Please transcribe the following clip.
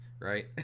right